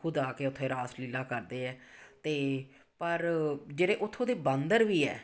ਖੁਦ ਆ ਕੇ ਉੱਥੇ ਰਾਸ ਲੀਲਾ ਕਰਦੇ ਹੈ ਅਤੇ ਪਰ ਜਿਹੜੇ ਉੱਥੋਂ ਦੇ ਬਾਂਦਰ ਵੀ ਹੈ